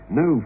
no